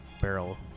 barrel